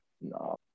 no